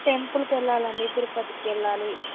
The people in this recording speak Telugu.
టెంపుల్కి వెళ్ళాలి అండి తిరుపతికి వెళ్ళాలి